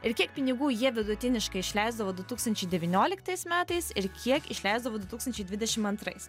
ir kiek pinigų jie vidutiniškai išleisdavo du tūkstančiai devynioliktais metais ir kiek išleisdavo du tūkstančiai dvidešim antrais